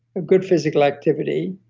a good physical activity,